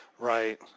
Right